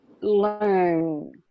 learn